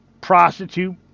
prostitute